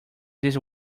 this